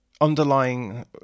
underlying